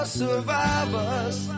survivors